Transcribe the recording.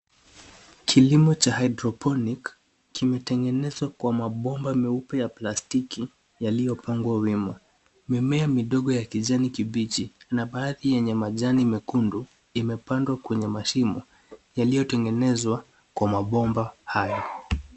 Kilimo cha haidroponiki kimetengenezwa kwa mabomba meupe ya plastiki yaliyopangwa wima. Mimea midogo ya kijani kibichi na baadhi yenye majani mekundu imepandwa kwenye mashimo yaliyotengenezwa kwa mabomba hayo.